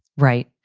right.